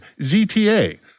ZTA